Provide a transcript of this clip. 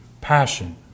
passion